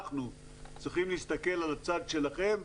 אנחנו צריכים להסתכל על הצד שלכם.